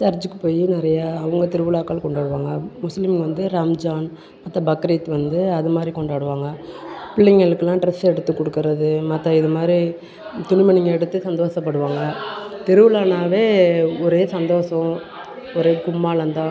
சர்ச்சுக்கு போய் நிறையா அவங்க திருவிழாக்கள் கொண்டாடுவாங்க முஸ்லீம் வந்து ரம்ஜான் அடுத்த பக்ரீத் வந்து அதுமாதிரி கொண்டாடுவாங்க பிள்ளைங்களுக்கெலாம் ட்ரெஸ் எடுத்து கொடுக்கறது மற்ற இதுமாதிரி துணிமணிங்க எடுத்து சந்தோஷப்படுவாங்க திருவிழான்னாவே ஒரே சந்தோஷம் ஒரே கும்மாளந்தான்